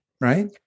right